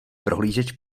prohlížeč